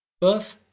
Birth